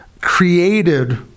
created